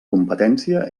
competència